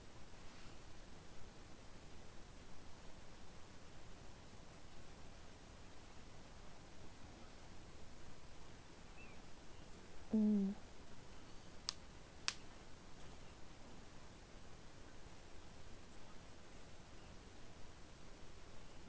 mm